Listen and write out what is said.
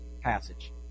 passage